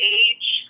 age